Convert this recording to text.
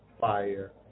fire